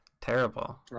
terrible